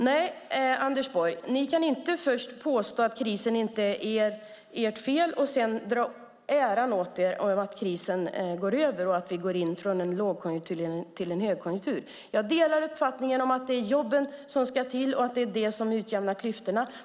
Nej, Anders Borg, ni kan inte påstå att krisen inte är ert fel och sedan dra åt er äran av att krisen går över och att vi går in från en lågkonjunktur till en högkonjunktur. Jag delar uppfattningen att det är jobben som ska till och att det är de som utjämnar klyftorna.